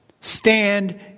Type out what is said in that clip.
stand